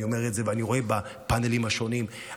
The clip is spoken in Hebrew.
אני אומר את זה, ואני רואה בפאנלים השונים אחדות.